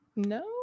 No